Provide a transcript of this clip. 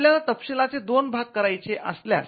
आपल्याला तपशीलाचे दोन भाग करायचे असल्यास